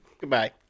Goodbye